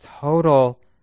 Total